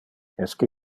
esque